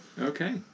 Okay